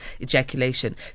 ejaculation